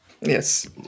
Yes